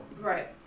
Right